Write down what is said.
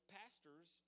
pastors